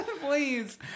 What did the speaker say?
Please